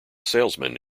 salesman